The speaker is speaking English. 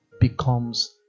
becomes